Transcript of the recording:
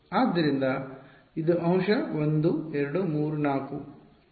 ಆದ್ದರಿಂದ ಇದು ಅಂಶ 1 2 3 4